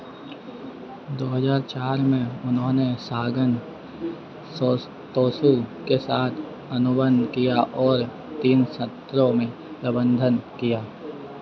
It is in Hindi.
दो हज़ार चार में उन्होंने सागन सो तोसू के साथ अनुबंध किया और तीन सत्रों में प्रबंधन किया